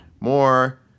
More